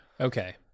Okay